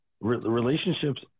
relationships